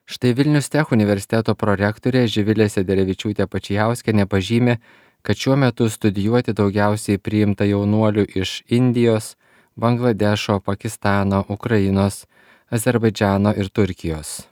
štai vilnius tech universiteto prorektorė živilė sederevičiūtė pačiauskienė pažymi kad šiuo metu studijuoti daugiausiai priimta jaunuolių iš indijos bangladešo pakistano ukrainos azerbaidžano ir turkijos